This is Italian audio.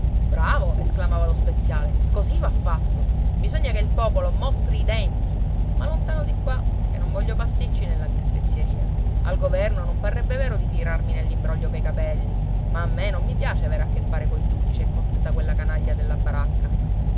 bravo esclamava lo speziale così va fatto bisogna che il popolo mostri i denti ma lontano di qua che non voglio pasticci nella mia spezieria al governo non parrebbe vero di tirarmi nell'imbroglio pei capelli ma a me non mi piace aver che fare coi giudici e con tutta quella canaglia della baracca